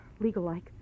legal-like